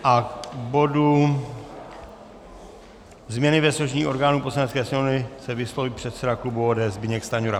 K bodu změny ve složení orgánů Poslanecké sněmovny se vysloví předseda klubu Zbyněk Stanjura.